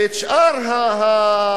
ואת שאר העניים,